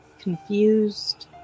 Confused